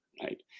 right